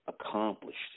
accomplished